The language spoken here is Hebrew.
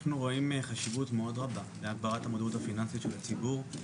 אנחנו רואים חשיבות מאוד רבה להגברת המודעות הפיננסית לציבור הרחב.